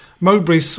Mowbray